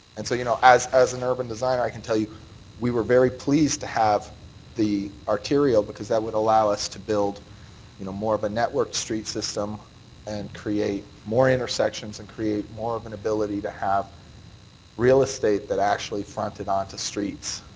and so you know as as an urban designer, i can tell you we were very pleased to have the arterial because that would allow us to build you know more of a network street system and create more intersections and create more of an ability to have real estate that actually fronted onto streets.